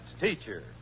teacher